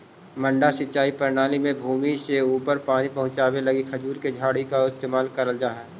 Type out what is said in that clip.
मड्डा सिंचाई प्रणाली में भूमि से ऊपर पानी पहुँचावे लगी खजूर के झाड़ी के इस्तेमाल कैल जा हइ